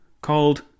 called